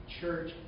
church